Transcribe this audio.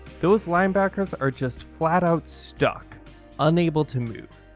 those linebackers are just flat out stuck unable to move.